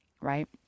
right